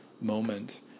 moment